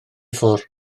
ffwrdd